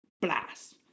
Blast